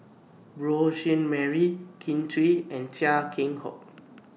Beurel Jean Marie Kin Chui and Chia Keng Hock